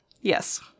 Yes